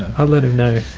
i let him know.